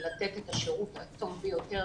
ולתת את השירות הטוב ביותר,